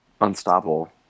unstoppable